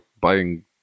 buying